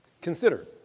Consider